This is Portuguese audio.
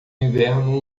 inverno